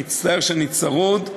מצטער שאני צרוד,